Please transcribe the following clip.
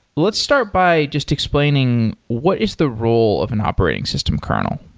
let's start by just explaining what is the rule of an operating system kernel